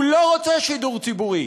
הוא לא רוצה שידור ציבורי.